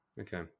Okay